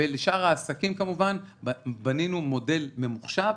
לשאר העסקים בנינו מודל ממוחשב,